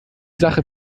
sache